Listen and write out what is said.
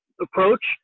approach